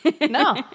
No